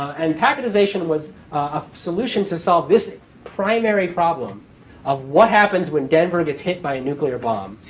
and packetization was a solution to solve this primary problem of what happens when denver gets hit by a nuclear bomb?